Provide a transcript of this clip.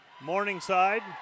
Morningside